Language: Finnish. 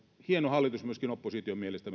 hieno hallitus myöskin opposition mielestä